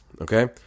okay